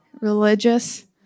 religious